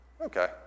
Okay